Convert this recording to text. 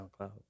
SoundCloud